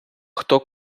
хто